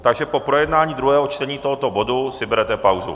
Takže po projednání druhého čtení tohoto bodu si berete pauzu.